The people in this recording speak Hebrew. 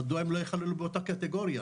מה הם לא ייכללו באותה קטגוריה?